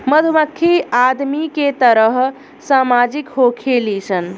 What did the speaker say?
मधुमक्खी आदमी के तरह सामाजिक होखेली सन